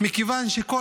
מכיוון שכל